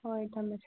ꯍꯣꯏ ꯊꯝꯃꯁꯦ